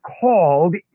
called